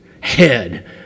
head